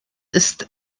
ist